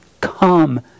Come